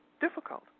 difficult